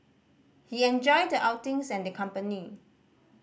he enjoyed the outings and the company